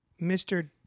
mr